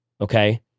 okay